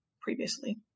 previously